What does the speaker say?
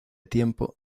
tiempo